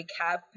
recap